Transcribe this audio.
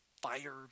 fire